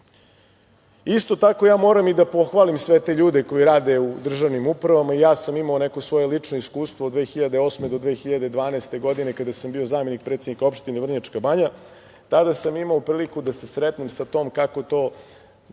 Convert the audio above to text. tako moram i da pohvalim svete ljudi koji rade u državnim upravama. Ja sam imao neko svoje lično iskustvo od 2008. do 2012. godine, kada sam bio zamenik predsednika opštine Vrnjačka Banja. Tada sam imao priliku da se sretnem sa tom, kako to